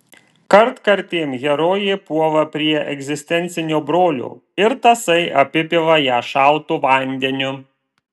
kartkartėm herojė puola prie egzistencinio brolio ir tasai apipila ją šaltu vandeniu